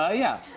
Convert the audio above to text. yeah yeah.